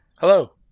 hello